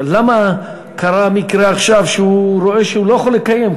למה קרה המקרה עכשיו שהוא רואה שהוא לא יכול לקיים?